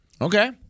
Okay